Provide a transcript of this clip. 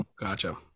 gotcha